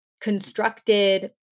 constructed